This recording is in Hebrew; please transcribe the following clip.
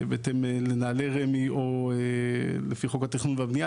לנהלי רמ״י או לפי חוק התכנון והבנייה,